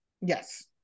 yes